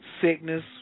sickness